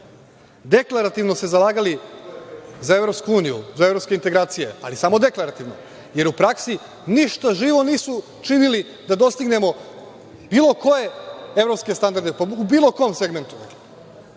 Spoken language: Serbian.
Deklarativno se zalagali za EU, za evropske integracije, ali samo deklarativno, jer u praksi ništa živo nisu činili da dostignemo bilo koje evropske standarde po bilo kom segmentu.